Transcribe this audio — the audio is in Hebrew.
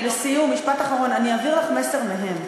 לסיום, משפט אחרון, אני אעביר לך מסר מהם.